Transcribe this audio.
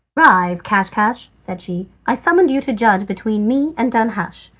rise, caschcasch, said she. i summoned you to judge between me and danhasch.